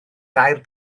dair